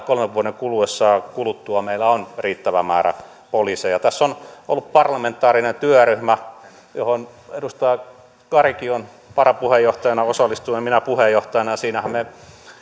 kolmen vuoden kuluttua meillä on riittävä määrä poliiseja tässä on ollut parlamentaarinen työryhmä johon edustaja karikin on varapuheenjohtajana osallistunut ja minä puheenjohtajana ja siinähän me